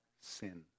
sin